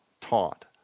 taught